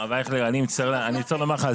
אני רוצה לומר לך,